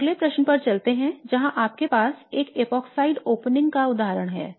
अब अगले प्रश्न पर चलते हैं जहाँ आपके पास एक एपॉक्साइड ओपनिंग का उदाहरण है